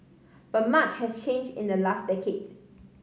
but much has change in the last decade